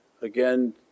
again